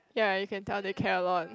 ya you can tell they care a lot